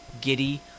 giddy